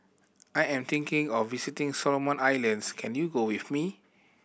I am thinking of visiting Solomon Islands can you go with me